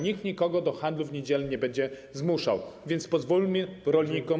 Nikt nikogo do handlu w niedziele nie będzie zmuszał, więc pozwólmy rolnikom.